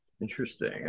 interesting